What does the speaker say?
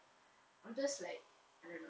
I'm just like I don't know